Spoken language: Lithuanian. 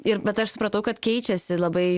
ir bet aš supratau kad keičiasi labai